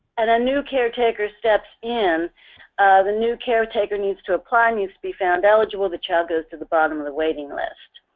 and a new caretaker steps in the new caretaker needs to apply, and needs to be found eligible, the child goes to the bottom of the waiting list.